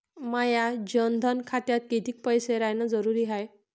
माया जनधन खात्यात कितीक पैसे रायन जरुरी हाय?